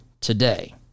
today